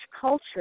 culture